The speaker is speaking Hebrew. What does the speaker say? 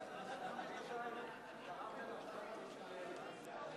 המועצות האזוריות (מועד בחירות כלליות) (תיקון